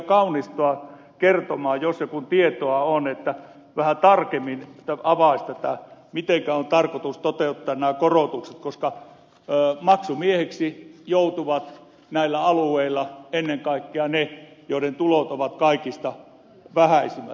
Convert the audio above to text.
kaunistoa kertomaan jos ja kun tietoa on vähän tarkemmin että avaisi tätä mitenkä on tarkoitus toteuttaa nämä korotukset koska maksumiehiksi joutuvat näillä alueilla ennen kaikkea ne joiden tulot ovat kaikista vähäisimmät